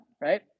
right